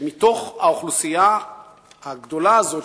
זה שמתוך האוכלוסייה הגדולה הזאת,